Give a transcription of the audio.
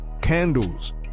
candles